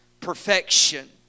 perfection